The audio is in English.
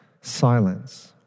silence